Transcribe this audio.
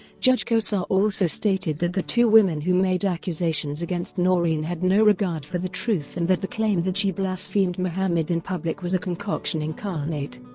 judge khosa also stated that the two women who made accusations against noreen had no regard for the truth and that the claim that she blasphemed muhammad in public was a concoction incarnate.